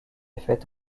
faite